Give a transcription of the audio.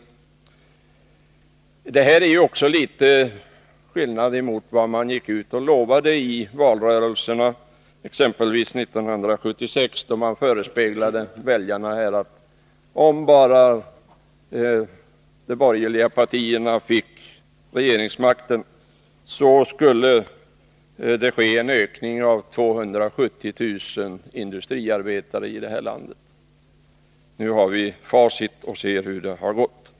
Verkligheten skiljer sig också från vad de borgerliga har gått ut och lovat i valrörelserna. 1976 förespeglades exempelvis väljarna en ökning av antalet industriarbetare i landet med 270 000, om bara de borgerliga partierna fick regeringsmakten. Nu har vi facit och kan se hur det har gått.